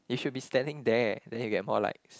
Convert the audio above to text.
you should be standing there then you get more likes